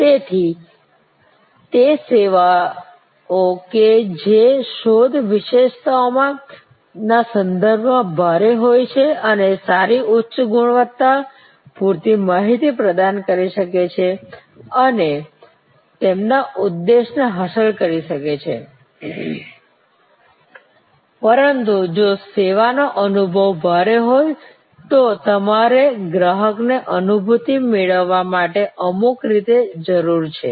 તેથી તે સેવાઓ કે જે શોધ વિશેષતાઓના સંદર્ભમાં ભારે હોય છે તે સારી ઉચ્ચ ગુણવત્તા પૂરતી માહિતી પ્રદાન કરી શકે છે અને તેમના ઉદ્દેશ્યને હાંસલ કરી શકે છે પરંતુ જો સેવાનો અનુભવ ભારે હોય તો તમારે ગ્રાહકને અનુભૂતિ મેળવવા માટે અમુક રીતે જરૂર છે